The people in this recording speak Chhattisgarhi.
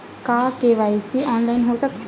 का के.वाई.सी ऑनलाइन हो सकथे?